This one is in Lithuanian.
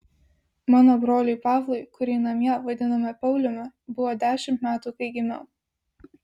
mano broliui pavlui kurį namie vadinome pauliumi buvo dešimt metų kai gimiau